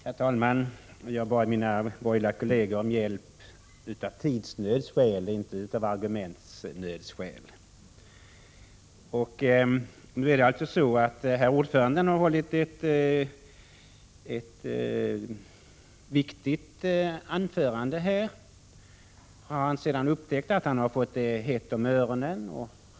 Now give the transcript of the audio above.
Herr talman! Jag bad mina borgerliga kolleger om hjälp av tidsnödsskäl, inte på grund av argumentnöd. Utskottets ordförande har nu hållit ett viktigt anförande. Han har sedan upptäckt att han fått det hett om öronen.